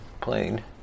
played